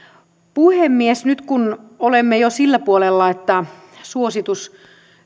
puhemies nyt kun olemme jo sillä puolella että suositus